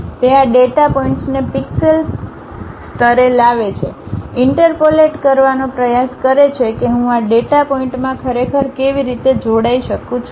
તે આ ડેટા પોઇન્ટ્સને પિક્સેલ સ્તરે લાવે છે ઇન્ટરપોલેટ કરવાનો પ્રયાસ કરે છે કે હું આ ડેટા પોઇન્ટમાં ખરેખર કેવી રીતે જોડાઈ શકું છું